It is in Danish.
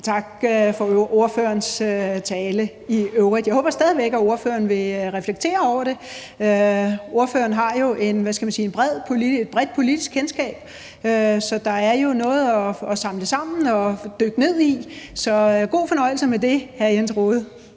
tak for ordførerens tale i øvrigt. Jeg håber stadig væk, at ordføreren vil reflektere over det. Ordføreren har jo et bredt politisk kendskab, så der er noget at samle sammen og dykke ned i. Så god fornøjelse med det, hr. Jens Rohde.